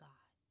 God